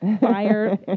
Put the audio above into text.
fire